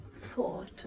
thought